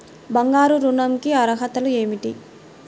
బంగారు ఋణం కి అర్హతలు ఏమిటీ?